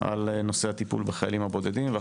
על נושא הטיפול בחיילים הבודדים.